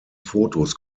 fotos